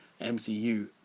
MCU